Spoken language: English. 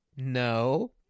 No